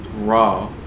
raw